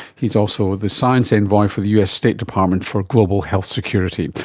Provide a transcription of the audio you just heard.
he is also the science envoy for the us state department for global health security.